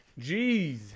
Jeez